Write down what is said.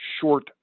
short